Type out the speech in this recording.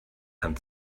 hand